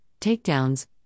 takedowns